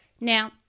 Now